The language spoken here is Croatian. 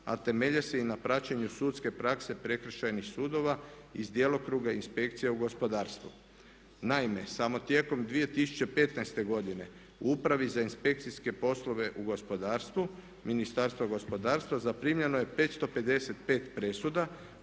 a temelje se i na praćenju sudske prakse prekršajnih sudova iz djelokruga inspekcija u gospodarstvu. Naime, samo tijekom 2015. godine u Upravi za inspekcijske poslove u gospodarstvu Ministarstva gospodarstva zaprimljeno je 555 presuda